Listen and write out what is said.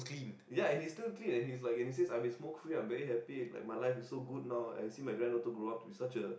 ya and he's still clean and he's like and he says I've been smoke free I'm very happy and my life is so good now I see my granddaughter grow up to be such a